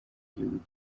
igihugu